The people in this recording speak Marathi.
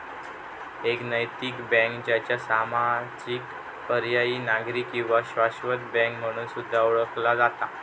एक नैतिक बँक, ज्याका सामाजिक, पर्यायी, नागरी किंवा शाश्वत बँक म्हणून सुद्धा ओळखला जाता